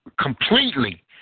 completely